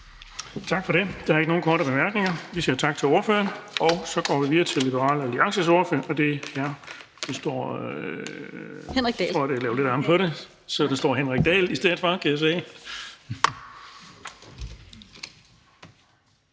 Tak for det. Der er ikke nogen korte bemærkninger. Vi siger tak til ordføreren, og så går vi videre til Liberal Alliances ordfører, og det er hr. Henrik Dahl. Kl. 16:06 (Ordfører) Henrik Dahl (LA): Tak for ordet. Vi er